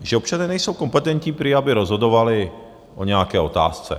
Že občané nejsou kompetentní prý, aby rozhodovali o nějaké otázce.